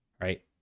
right